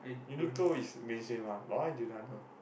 Uniqlo is amazing lah but why Giordano